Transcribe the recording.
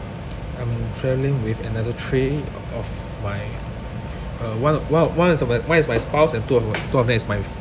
I'm travelling with another three of my f~ uh one one one is uh one is my spouse and two of two of them is my